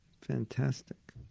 Fantastic